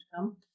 come